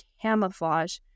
camouflage